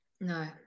No